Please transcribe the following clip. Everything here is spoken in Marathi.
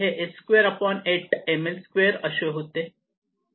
हे h28 ml2 असे होते